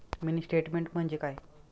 Mini statement म्हणजे काय?